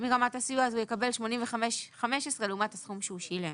מרמת הסיוע אז הוא יקבל 85/15 לעומת הסכום שהוא שילם.